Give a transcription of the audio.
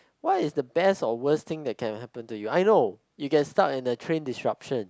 what is the best or worst thing that can happen to you I know you get stuck in the train disruption